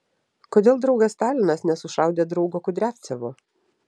kodėl draugas stalinas nesušaudė draugo kudriavcevo